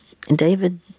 David